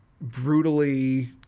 brutally